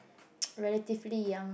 relatively young